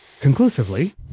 conclusively